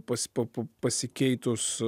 pas po pasikeitus